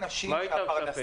למה היית מצפה?